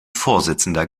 vorsitzender